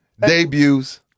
debuts